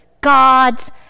God's